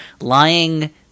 lying